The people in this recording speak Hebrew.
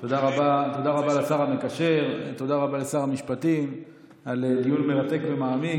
תודה רבה לשר המקשר ותודה רבה לשר המשפטים על דיון מרתק ומעמיק.